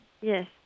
Yes